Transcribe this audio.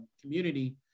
community